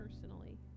personally